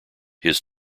his